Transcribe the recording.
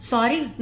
Sorry